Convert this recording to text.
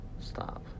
Stop